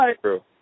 True